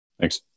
Thanks